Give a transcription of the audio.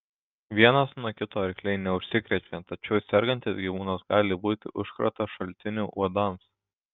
vienas nuo kito arkliai neužsikrečia tačiau sergantis gyvūnas gali būti užkrato šaltiniu uodams